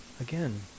Again